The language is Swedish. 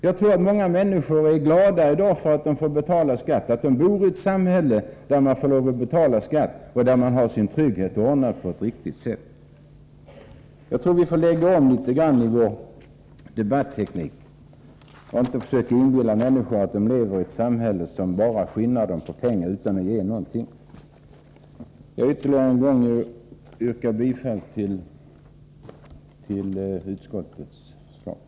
Jag tror att många människor är glada över att bo i ett samhälle, där de får betala skatt och där de har sin trygghet ordnad på ett riktigt sätt. Nej, det behövs nog en annan debatteknik. Vi skall inte inbilla människor att de lever i ett samhälle som bara skinnar dem på pengar och inte ger dem någonting i gengäld. Ännu en gång yrkar jag bifall till utskottets hemställan.